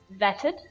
vetted